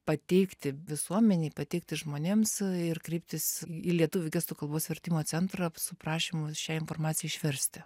pateikti visuomenei pateikti žmonėms ir kreiptis į lietuvių gestų kalbos vertimo centrą su prašymu šią informaciją išversti